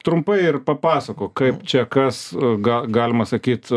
trumpai ir papasakok kaip čia kas ga galima sakyt